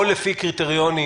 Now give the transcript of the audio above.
או לפי קריטריונים.